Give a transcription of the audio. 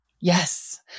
Yes